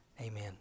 Amen